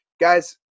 guys